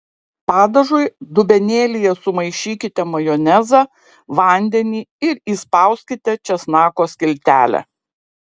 padažui dubenėlyje sumaišykite majonezą vandenį ir įspauskite česnako skiltelę